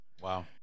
Wow